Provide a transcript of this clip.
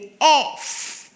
off